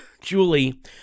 Julie